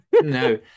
no